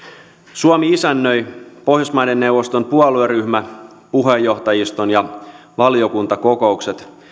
suomi isännöi pohjoismaiden neuvoston puolueryhmäpuheenjohtajiston ja valiokuntien kokoukset